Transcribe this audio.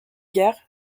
guerre